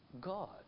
God